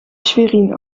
schwerin